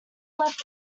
left